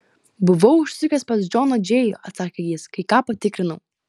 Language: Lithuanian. buvau užsukęs pas džoną džėjų atsakė jis kai ką patikrinau